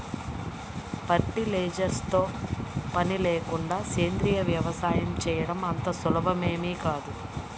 fertilisers తో పని లేకుండా సేంద్రీయ వ్యవసాయం చేయడం అంత సులభమేమీ కాదు